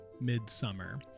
Midsummer